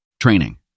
Training